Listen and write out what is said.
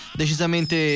decisamente